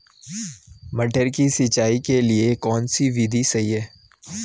मटर की सिंचाई के लिए कौन सी विधि सही है?